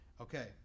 Okay